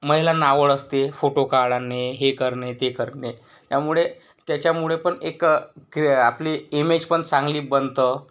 महिलांना आवड असते फोटो काढणे हे करणे ते करणे त्यामुळे त्याच्यामुळेपण एक खे आपली इमेज पण चांगली बनते